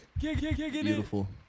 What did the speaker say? beautiful